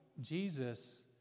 Jesus